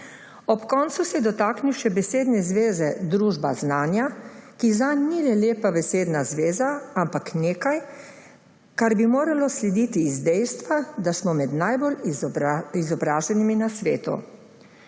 Ob koncu se je dotaknil še besedne zveze »družba znanja«, ki zanj ni le lepa besedna zveza, ampak nekaj, kar bi moralo slediti iz dejstva, da smo med najbolj izobraženimi na svetu.